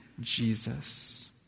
Jesus